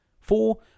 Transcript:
Four